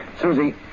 Susie